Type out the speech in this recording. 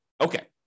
Okay